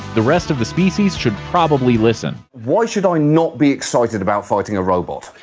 the rest of the species should probably listen. why should i not be excited about fighting a robot?